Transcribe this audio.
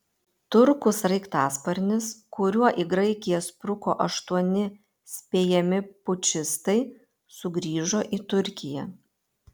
turkų sraigtasparnis kuriuo į graikiją spruko aštuoni spėjami pučistai sugrįžo į turkiją